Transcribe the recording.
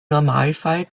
normalfall